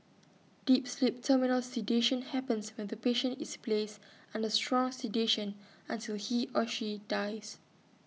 deep sleep terminal sedation happens when the patient is placed under strong sedation until he or she dies